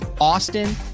Austin